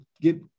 get